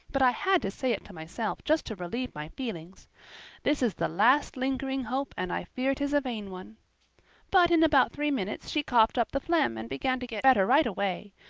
but i had to say it to myself just to relieve my feelings this is the last lingering hope and i fear, tis a vain one but in about three minutes she coughed up the phlegm and began to get better right away.